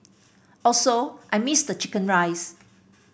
also I missed chicken rice